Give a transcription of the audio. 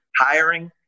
hiring